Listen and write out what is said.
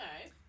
Okay